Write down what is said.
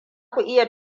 ka